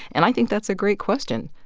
and i think that's a great question.